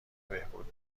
بهبود